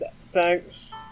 Thanks